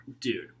Dude